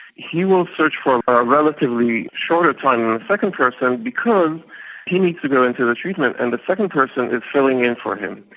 he will search for a relatively shorter time than the second person because he needs to go into the treatment and the second person is filling in for him.